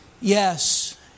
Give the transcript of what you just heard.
Yes